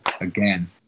Again